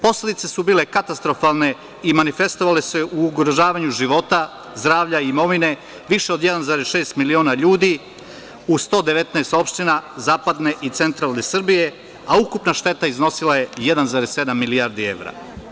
Posledice su bile katastrofalne i manifestovale su se u ugrožavanju života, zdravlja, imovine više od 1,6 miliona ljudi u 119 opština zapadne i centralne Srbije, a ukupna šteta iznosila je 1,7 milijardi evra.